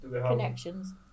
connections